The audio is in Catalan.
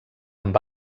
amb